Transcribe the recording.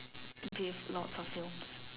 with lots of film